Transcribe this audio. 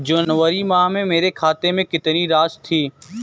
जनवरी माह में मेरे खाते में कितनी राशि थी?